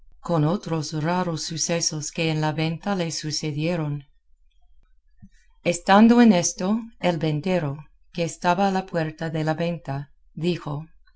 con otros raros sucesos que en la venta le sucedieron estando en esto el ventero que estaba a la puerta de la venta dijo